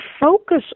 focus